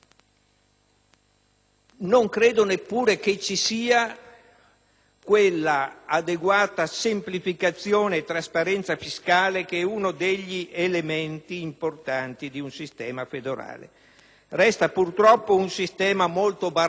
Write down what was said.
non credo ci sarà l'adeguata semplificazione e trasparenza fiscale che rappresenta uno degli elementi importanti di un sistema federale. Resta, purtroppo, un sistema molto barocco,